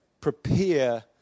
prepare